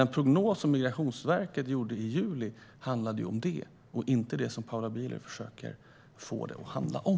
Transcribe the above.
Den prognos som Migrationsverket gjorde i juli handlade om detta och inte om det som Paula Bieler försöker få det att handla om.